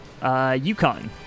UConn